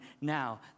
now